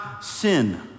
sin